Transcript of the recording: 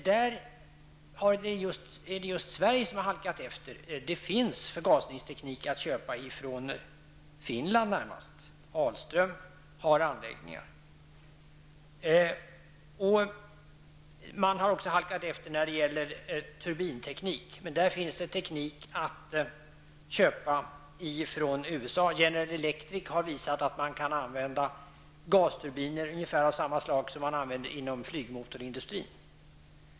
Där är det Sverige som har halkat efter. Det finns förgasningsteknik att köpa, närmast från Finland. Ahlström har anläggningar. Sverige har också halkat efter när det gäller turbinteknik. Men där finns det teknik att köpa från USA. General Electric har visat att det går att använda gasturbiner av ungefär samma slag som inom flygmotorindustrin.